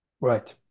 Right